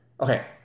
okay